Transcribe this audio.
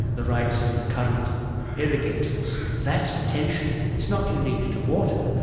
the rights of the current irrigators. that's the tension. it's not unique to water,